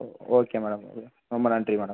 ஓ okay madam ரொ ரொம்ப நன்றி மேடம்